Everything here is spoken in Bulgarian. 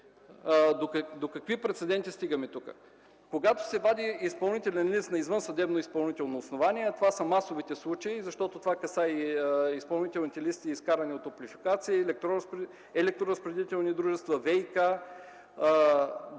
До какви прецеденти стигаме тук? Когато се вади изпълнителен лист за извънсъдебно изпълнително основание, а това са масовите случаи, защото това касае изпълнителните листи изкарани от „Топлофикация”, електроразпределителни дружества, ВиК,